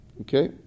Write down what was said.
Okay